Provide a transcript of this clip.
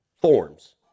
forms